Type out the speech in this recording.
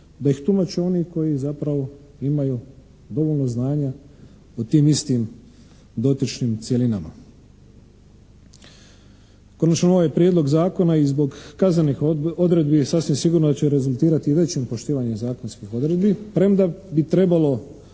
da ih tumače oni koji zapravo imaju dovoljno znanja o tim istim dotičnim cjelinama. Konačno ovaj prijedlog zakona i zbog kaznenih odredbi sasvim sigurno da će rezultirati većim poštivanjem zakonskih odredbi premda bi trebalo